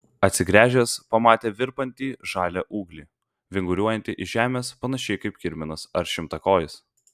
atsigręžęs pamatė virpantį žalią ūglį vinguriuojantį iš žemės panašiai kaip kirminas ar šimtakojis